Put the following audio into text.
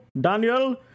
Daniel